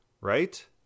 right